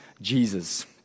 Jesus